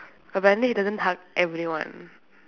apparently he doesn't hug everyone